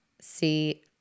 see